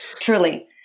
Truly